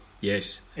yes